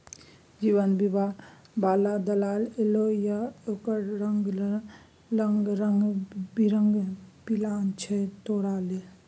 जीवन बीमा बला दलाल एलौ ये ओकरा लंग रंग बिरंग पिलान छौ तोरा लेल